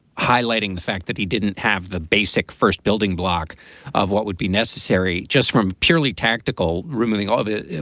highlighting the fact that he didn't have the basic first building block of what would be necessary just from purely tactical, removing all of it,